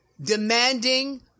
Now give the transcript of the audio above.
demanding